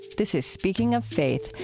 this is speaking of faith.